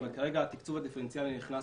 אבל כרגע התקצוב הדיפרנציאלי נכנס